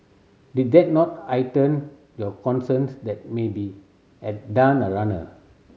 did that not heighten your concerns that maybe had done a runner